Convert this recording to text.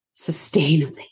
sustainably